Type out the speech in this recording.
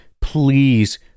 please